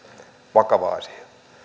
vakava asia